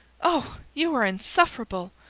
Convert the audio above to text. oh! you are insufferable!